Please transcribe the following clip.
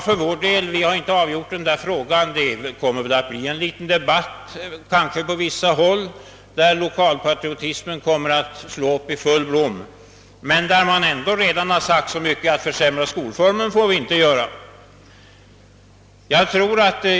För vår del har vi inte avgjort frågan än. Det kommer kanske att bli en liten debatt, där lokalpatriotismen på vissa håll kan komma att slå ut i full blom, men där man ändå kommer att hävda från alla håll att skolformen inte får försämras.